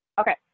Okay